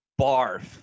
barf